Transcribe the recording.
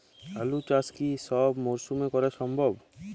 আলু চাষ কি সব মরশুমে করা সম্ভব?